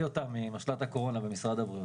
ממשל"ט הקורונה במשרד הבריאות.